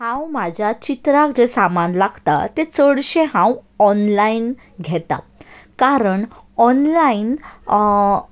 हांव म्हज्या चित्राक जें सामान लागता तें चडशें हांव ऑनलायन घेता कारण ऑनलायन